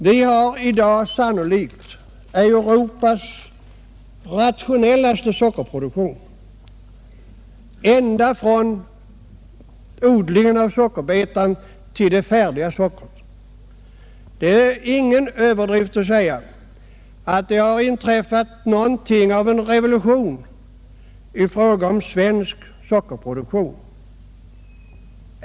Vi har i dag sannolikt Europas rationellaste sockerproduktion ända från odlingen av sockerbetan till det färdiga sockret. Det är ingen överdrift att säga att det har inträffat någonting av en revolution i fråga om svensk sockerproduktion.